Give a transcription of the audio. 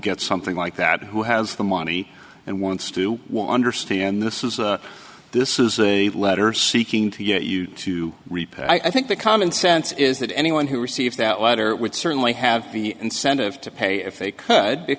gets something like that who has the money and wants to understand this is this is a letter seeking to get you to repay i think the common sense is that anyone who received that letter would certainly have the incentive to pay if they could